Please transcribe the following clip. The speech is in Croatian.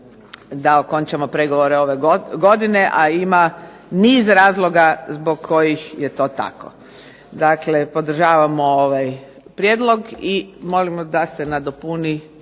da okončamo pregovore ove godine, a ima niz razloga zbog kojih je to tako. Dakle podržavamo ovaj prijedlog i molimo da se nadopuni,